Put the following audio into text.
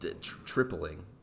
tripling